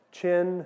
chin